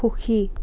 সুখী